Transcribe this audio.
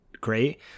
great